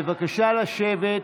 בבקשה לשבת.